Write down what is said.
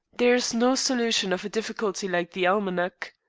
there is no solution of a difficulty like the almanac.